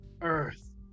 earth